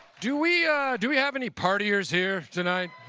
do we do we have any partiers here tonight?